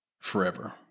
forever